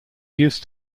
used